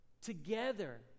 together